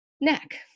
neck